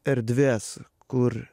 erdvės kur